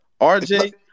RJ